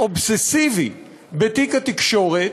אובססיבי בתיק התקשורת.